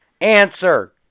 Answer